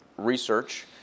Research